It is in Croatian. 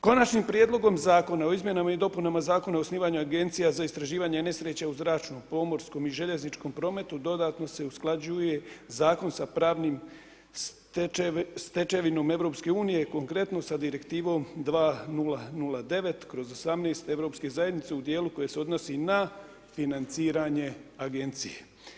Konačnim prijedlogom Zakona o izmjenama i dopunama Zakona o osnivanju Agencija za istraživanje nesreća u zračnom, pomorskom i željezničkom prometu dodatno se usklađuje zakon sa pravnom stečevinom EU, konkretno sa Direktivom 2009/18 EZ u dijelu koji se odnosi na financiranje Agencije.